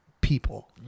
people